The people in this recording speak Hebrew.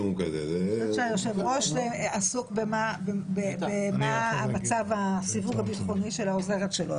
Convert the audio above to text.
כי היושב-ראש עסוק במה הסיווג הביטחוני של העוזרת שלו,